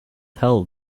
tell